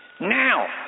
Now